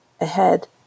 Ahead